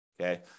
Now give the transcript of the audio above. okay